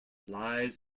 lies